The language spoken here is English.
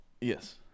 Yes